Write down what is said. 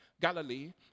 Galilee